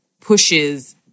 pushes